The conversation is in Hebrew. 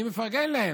ואני מפרגן להם,